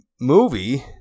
movie